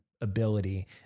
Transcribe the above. ability